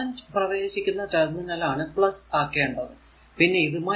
current പ്രവേശിക്കുന്ന terminal ആണ് ആക്കേണ്ടത് പിന്നെ ഇത്